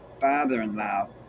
father-in-law